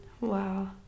Wow